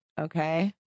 okay